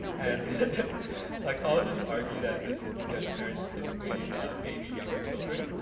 and psychologists argue that this is because parents typically baby younger children.